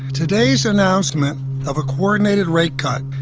today's announcement of a coordinated rate cut,